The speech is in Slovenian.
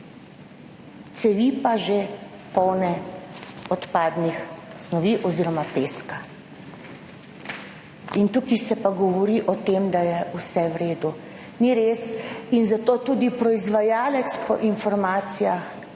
cevi pa že polne odpadnih snovi oziroma peska. In tukaj se pa govori o tem, da je vse v redu, ni res in zato tudi proizvajalec po informacijah